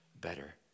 better